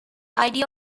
idea